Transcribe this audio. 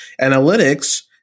analytics